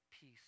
peace